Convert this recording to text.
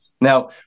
Now